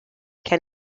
can